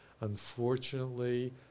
Unfortunately